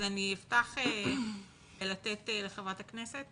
אני אשמח לתת לחברת הכנסת